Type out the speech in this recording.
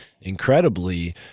incredibly